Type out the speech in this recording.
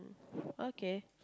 okay